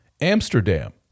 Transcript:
Amsterdam